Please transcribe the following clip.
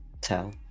tell